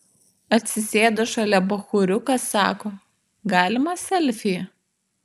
atsisėdo šalia bachūriukas sako galime selfį